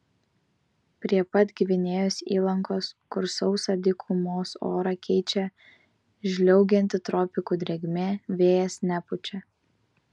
prie pat gvinėjos įlankos kur sausą dykumos orą keičia žliaugianti tropikų drėgmė vėjas nepučia